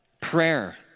Prayer